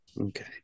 Okay